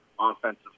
offensive